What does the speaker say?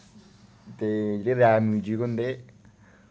ते rap music होंदे